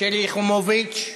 שלי יחימוביץ?